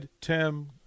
Tim